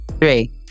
three